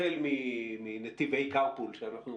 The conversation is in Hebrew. החל מנתיבי קארפול שאנחנו